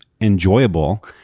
enjoyable